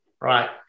Right